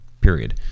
period